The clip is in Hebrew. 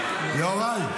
יוראי,